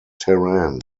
terrain